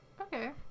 Okay